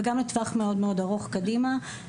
וגם לטווח מאוד מאוד ארוך קדימה,